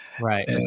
Right